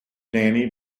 danny